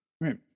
right